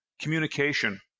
communication